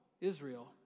Israel